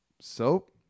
soap